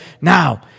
Now